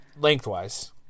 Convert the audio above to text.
lengthwise